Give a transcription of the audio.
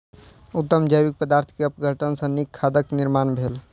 उत्तम जैविक पदार्थ के अपघटन सॅ नीक खादक निर्माण भेल